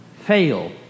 fail